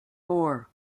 four